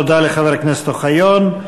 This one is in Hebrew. תודה לחבר הכנסת אוחיון.